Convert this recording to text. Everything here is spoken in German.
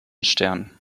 stern